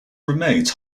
remains